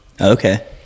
okay